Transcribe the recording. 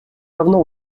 давно